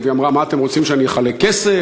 היא אמרה: מה אתם רוצים, שאני אחלק כסף?